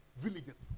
villages